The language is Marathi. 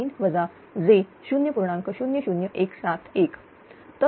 00171